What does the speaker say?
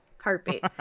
Heartbeat